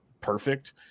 perfect